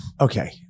Okay